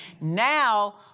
Now